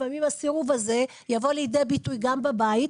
לפעמים הסירוב הזה יבוא לידי ביטוי גם בבית,